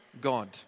God